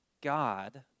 God